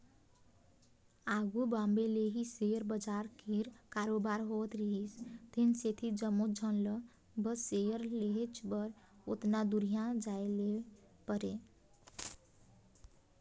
आघु बॉम्बे ले ही सेयर बजार कीर कारोबार होत रिहिस तेन सेती जम्मोच झन ल बस सेयर लेहेच बर ओतना दुरिहां जाए ले परे